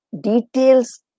details